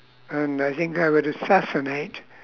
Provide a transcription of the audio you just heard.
and I think I would assassinate